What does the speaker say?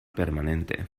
permanente